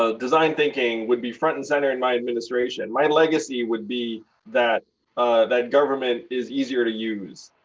ah design thinking would be front and center in my administration. my legacy would be that that government is easier to use.